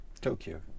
Tokyo